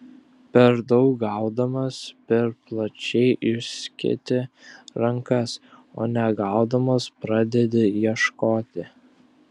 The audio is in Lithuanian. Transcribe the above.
per daug gaudamas per plačiai išsketi rankas o negaudamas pradedi ieškoti